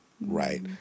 Right